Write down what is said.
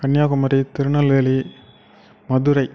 Kanyakumari Tirunelveli Madurai